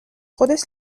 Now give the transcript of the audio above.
خودش